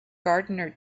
gardener